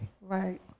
Right